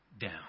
down